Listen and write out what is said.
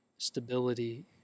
Stability